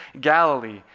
Galilee